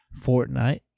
Fortnite